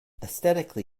aesthetically